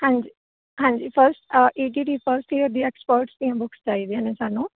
ਹਾਂਜੀ ਹਾਂਜੀ first ETT first year ਦੀਆਂ ਐਕਸਪਰਟਸ ਦੀਆਂ ਬੁੱਕਸ ਚਾਹੀਦੀਆਂ ਨੇ ਸਾਨੂੰ